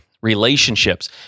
relationships